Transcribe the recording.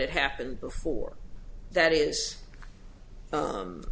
had happened before that is